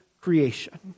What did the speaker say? creation